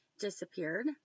disappeared